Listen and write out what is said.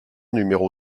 numéro